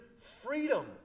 freedom